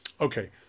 Okay